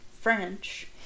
French